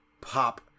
pop